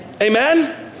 Amen